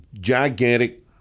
gigantic –